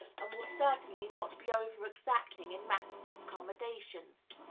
and will certainly not be over-exacting in matter of accommodations.